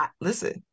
Listen